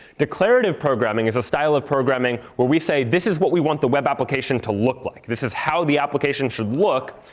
declarative programming is a style of programming where we say, this is what we want the web application to look like. this is how the application should look.